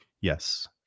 Yes